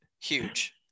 huge